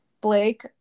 Blake